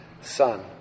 son